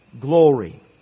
glory